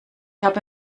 habe